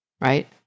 right